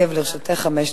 לרשותך חמש דקות.